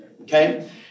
okay